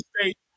State